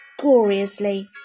gloriously